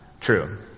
true